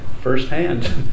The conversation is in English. firsthand